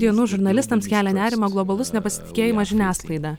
dienų žurnalistams kelia nerimą globalus nepasitikėjimas žiniasklaida